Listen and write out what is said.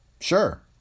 Sure